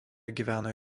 gyveno